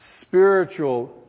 spiritual